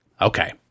Okay